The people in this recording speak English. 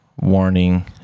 warning